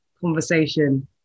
conversation